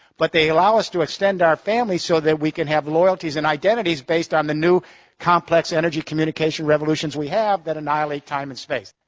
but they allow us to extend our family so that we can have loyalties and identities based on the new complex energy communication revolutions we have that annihilate time and space.